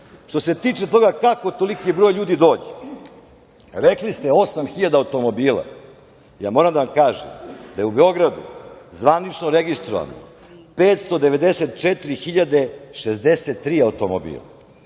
se tiče toga kakao toliki broj ljudi dođe, rekli ste osam hiljada automobila, ali moram da vam kažem da u Beogradu zvanično registrovano 594.063 automobila